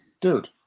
Dude